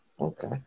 Okay